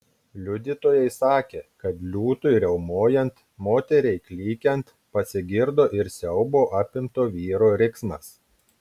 liudytojai sakė kad liūtui riaumojant moteriai klykiant pasigirdo ir siaubo apimto vyro riksmas